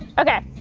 okay,